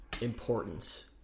importance